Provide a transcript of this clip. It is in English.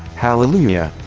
hallelujah!